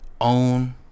own